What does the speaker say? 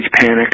panic